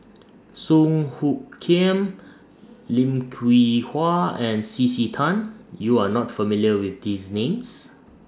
Song Hoot Kiam Lim Hwee Hua and C C Tan YOU Are not familiar with These Names